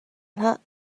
hlah